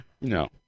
No